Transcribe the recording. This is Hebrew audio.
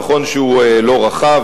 נכון שהוא לא רחב,